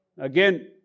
Again